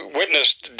witnessed